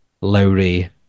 Lowry